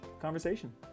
conversation